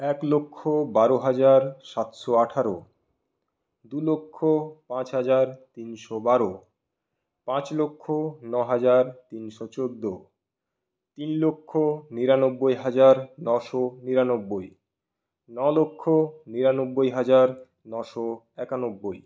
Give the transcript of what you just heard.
এক লক্ষ বারো হাজার সাতশো আঠারো দু লক্ষ পাঁচ হাজার তিনশো বারো পাঁচ লক্ষ নহাজার তিনশো চোদ্দো তিন লক্ষ নিরানব্বই হাজার নশো নিরানব্বই নলক্ষ নিরানব্বই হাজার নশো একানব্বই